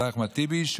אחמד טיבי,